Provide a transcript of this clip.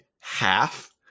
half